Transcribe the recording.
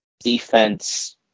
defense